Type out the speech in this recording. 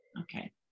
Okay